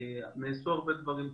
ונעשו הרבה דברים טובים.